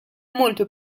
molto